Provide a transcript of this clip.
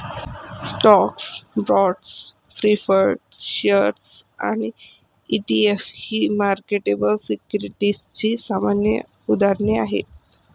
stocks, bonds, preferred shares आणि ETF ही marketable सिक्युरिटीजची सामान्य उदाहरणे आहेत